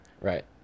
Right